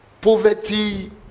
poverty